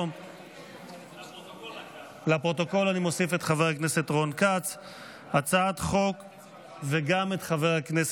אני קובע כי הצעת חוק הביטוח